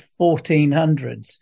1400s